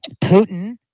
Putin